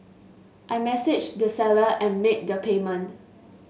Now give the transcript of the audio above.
I messaged the seller and made the payment